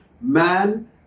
man